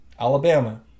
Alabama